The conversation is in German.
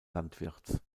landwirts